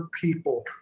people